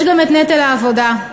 יש גם נטל העבודה: